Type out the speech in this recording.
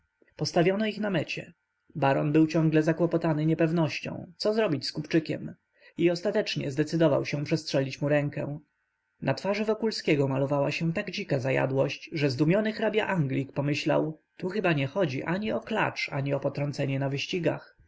postawiono ich na mecie baron był ciągle zakłopotany niepewnością co zrobić z kupczykiem i ostatecznie zdecydował się przestrzelić mu rękę na twarzy wokulskiego malowała się tak dzika zajadłość że zdumiony hrabia-anglik pomyślał tu chyba nie chodzi ani o klacz ani o potrącenie na wyścigach